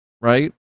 right